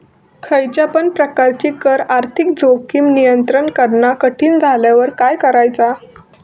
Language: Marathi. खयच्या पण प्रकारची कर आर्थिक जोखीम नियंत्रित करणा कठीण झाल्यावर काय करायचा?